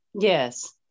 Yes